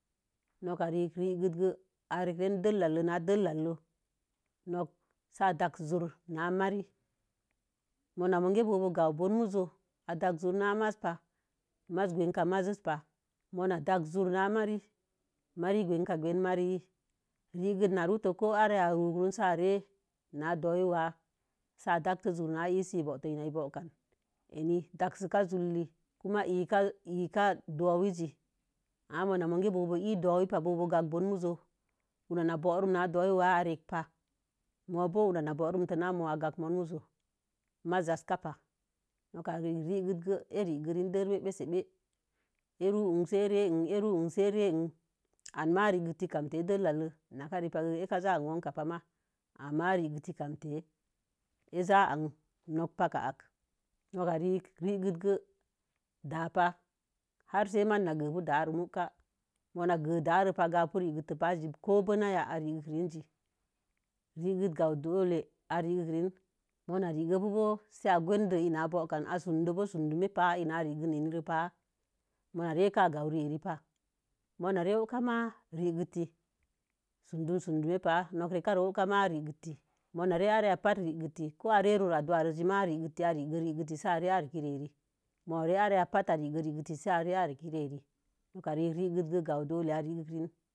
Noka re kə regətə gə a're kə ren dallə n dəllə lei. Nok sə a da'sə zu'ur na marrie mo̱o̱na mon kə bo̱o̱gawun bun mo̱o̱z ā danz zu'ur na maiza pa-maiz kwega ma iz pa mona dasə zu'ur na marri gweika gwerka marrii. Regə na rotoko ko a ra ya a’ regəren sə a re na dowii wa sə a dansə zu'ur na mari. sə ii dante zu'ur na ii bo̱o̱kan ē n dansi ka zu'ur lil kuma ika dowii zii n mo̱o̱ na mo̱o̱ge bo̱o̱yii dowii pa. Bo̱o̱mun go'o hurna boruna dowii a rek pa mo̱o̱ bobu'u huna na boron na mo̱o̱ maiz zan ka pa. Regən gə, a regə ren dəllə mi be-sə-bə n ruhur na sə a an. An ma regətə kamtə dəllə alei na kə rəpa kə ē kə zanan pa ma'a ama regətə kamtə ē za an nok pak ka ankə no ka reiik regəge da'a. Har da'a re mu ka'u mo̱o̱ na geda'arepa moko a'pi rekətə tə mookokobena regətə ganwu dowuləi a’ regəren mo na regə pu bu sə a gedei ina'a bo'okan ko dunme pan mo̱o̱ re kə ani re paha reher pa mona re wukama regətə sundun sun diimi pa nok regəre wukama regətə. mona reko are ya ma regətə ko ā re ror adu'wa ma regətə. A regətə mo̱o̱re ko ayan ma regətə-regətə gam wuwo donleiz. A regəren.